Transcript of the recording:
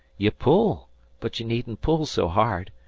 ye pull but ye needn't pull so hard.